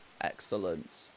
Excellent